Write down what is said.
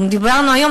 אנחנו דיברנו היום,